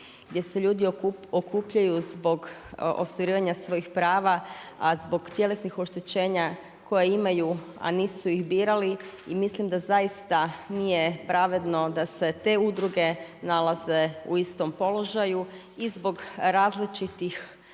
gdje se ljudi okupljaju zbog ostvarivanja svojih prava, a zbog tjelesnih oštećenja koje imaju, a nisu ih birali i mislim da zaista nije pravedno da se te udruge nalaze u istom položaju i zbog različitih